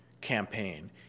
campaign